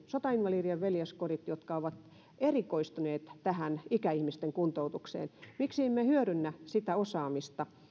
sotainvalidien veljeskodit jotka ovat erikoistuneet tähän ikäihmisten kuntoutukseen miksi emme hyödynnä sitä osaamista